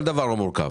כל דבר הוא מורכב.